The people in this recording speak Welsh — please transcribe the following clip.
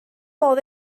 modd